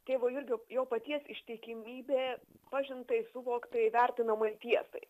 tėvo jurgio jo paties ištikimybė pažintai suvoktai įvertinamai tiesai